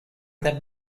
that